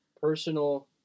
personal